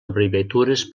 abreviatures